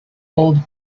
old